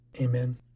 Amen